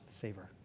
favor